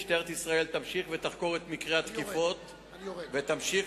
משטרת ישראל תמשיך ותחקור את מקרי התקיפות ותמשיך